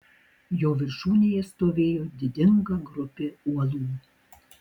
jo viršūnėje stovėjo didinga grupė uolų